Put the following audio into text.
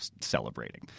celebrating